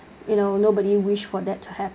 you know nobody wish for that to happen